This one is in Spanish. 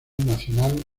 nacional